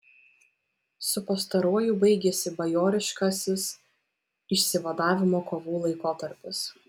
su pastaruoju baigėsi bajoriškasis išsivadavimo kovų laikotarpis